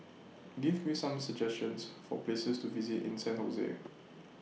Give Me Some suggestions For Places to visit in San Jose